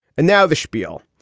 and now the schpiel,